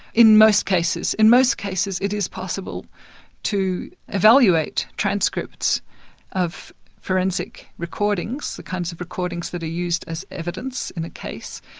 in most cases. in most cases it is possible to evaluate transcripts of forensic recordings, the kinds of recordings that are used as evidence in a case,